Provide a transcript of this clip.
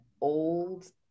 old